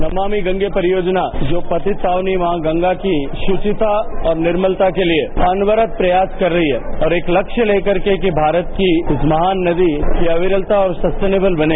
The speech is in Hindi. नमानि गंगे परियोजना जो पतित पावनी मां गंगा की शुविता और निर्मलता के लिए अनवरत प्रयास कर रही है और लस्प लेकर की भारत की उस महान नदी की अविरलता और सस्टेनेवल बने